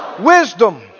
wisdom